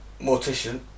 mortician